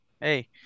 hey